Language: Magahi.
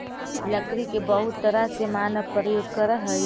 लकड़ी के बहुत तरह से मानव प्रयोग करऽ हइ